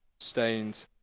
stained